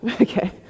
Okay